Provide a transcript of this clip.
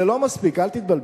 זה לא מספיק, אל תתבלבל,